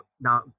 Now